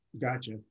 Gotcha